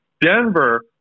Denver